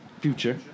Future